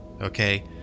Okay